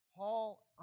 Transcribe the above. Paul